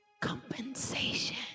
compensation